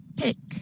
pick